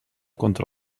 contra